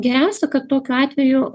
geriausia kad tokiu atveju